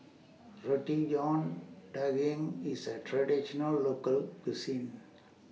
Roti John Daging IS A Traditional Local Cuisine